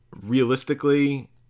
realistically